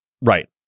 Right